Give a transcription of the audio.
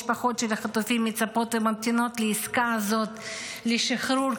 המשפחות של החטופים מצפות וממתינות לעסקה הזאת לשחרור,